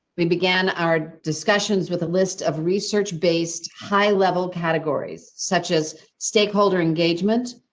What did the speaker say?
we began our discussions with a list of research, based high level categories, such as stakeholder engagement,